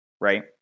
right